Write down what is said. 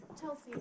Chelsea